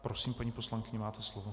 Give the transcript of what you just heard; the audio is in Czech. Prosím, paní poslankyně, máte slovo.